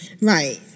Right